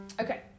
Okay